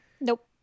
Nope